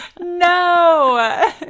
No